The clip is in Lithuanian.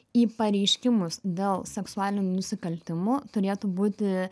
į pareiškimus dėl seksualinių nusikaltimų turėtų būti